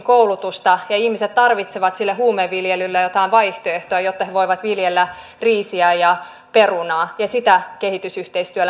kritisoin hallitusta sen suunnitelmista luoda suomeen muualta muuttaneille erillinen sosiaaliturva joka olisi alhaisemmalla tasolla kuin suomalaisten työttömien